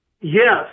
Yes